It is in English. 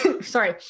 sorry